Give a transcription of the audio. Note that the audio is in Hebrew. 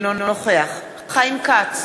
אינו נוכח חיים כץ,